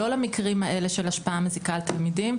אבל לא למקרים של השפעה מזיקה על תלמידים.